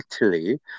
Italy